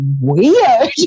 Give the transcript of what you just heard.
weird